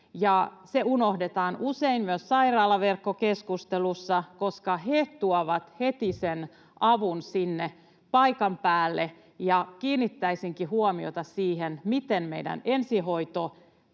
Se unohdetaan usein myös sairaalaverkkokeskustelussa, koska he tuovat heti sen avun sinne paikan päälle. Kiinnittäisinkin huomiota siihen, miten meidän ensihoitomme